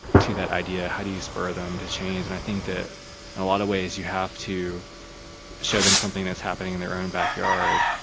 to that idea? how do you spur them to change and i think that in a lot of ways you have to show them something that's happening in their own backyard.